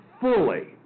fully